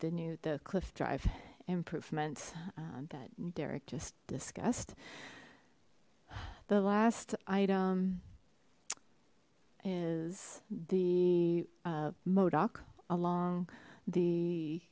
the new the cliff drive improvements that derek just discussed the last item is the modoc along the